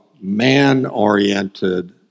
man-oriented